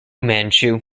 manchu